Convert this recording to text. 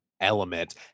element